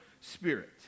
spirit